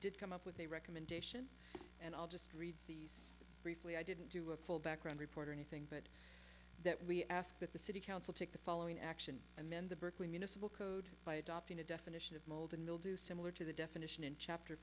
did come up with a recommendation and i'll just read briefly i didn't do a full background report or anything but that we asked that the city council take the following action and then the berkeley municipal code by adopting a definition of mold and mildew similar to the definition in chapter